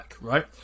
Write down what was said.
right